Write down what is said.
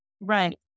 Right